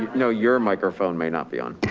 no, your microphone may not be on.